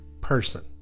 person